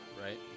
Right